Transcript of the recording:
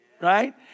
right